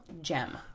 Gem